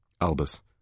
Albus